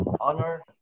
honor